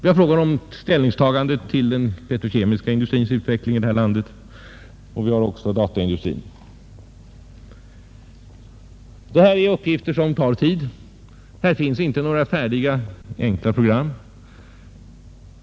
Vi måste ta ställning till den petrokemiska industrins utveckling. Vi har dataindustrin som i de flesta betydande europeiska industriländer är föremål för intresse från statsmakternas sida. Dessa uppgifter tar tid. Det finns inte några färdiga enkla program.